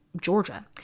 Georgia